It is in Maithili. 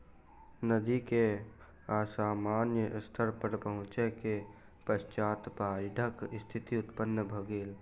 नदी के असामान्य स्तर पर पहुँचै के पश्चात बाइढ़क स्थिति उत्पन्न भ गेल